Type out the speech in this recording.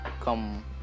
come